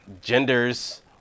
genders